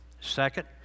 Second